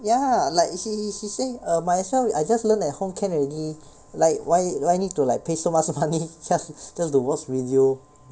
ya like he he he he say err might as well I just learn at home can already like why why need to like pay so much money just just to watch video